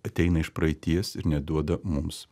ateina iš praeities ir neduoda mums